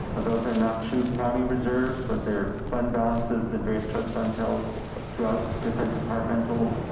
those are not true county reserves, but their fund balances and various trust funds held throughout different departmental